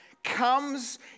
comes